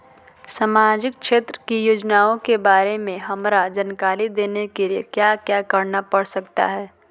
सामाजिक क्षेत्र की योजनाओं के बारे में हमरा जानकारी देने के लिए क्या क्या करना पड़ सकता है?